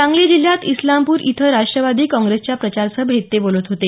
सांगली जिल्ह्यात इस्लामपूर येथे राष्ट्रवादी काँग्रेसच्या प्रचार सभेत ते बोलत होते